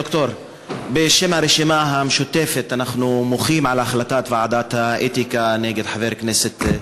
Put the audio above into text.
בשם הרשימה המשותפת אנחנו מוחים על החלטת ועדת האתיקה נגד חבר הכנסת,